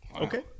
Okay